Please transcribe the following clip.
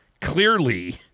Clearly